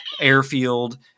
airfield